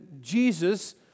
Jesus